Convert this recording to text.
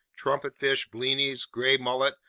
trumpetfish, blennies, gray mullet,